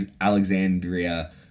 Alexandria